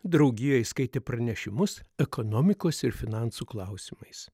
draugijoj skaitė pranešimus ekonomikos ir finansų klausimais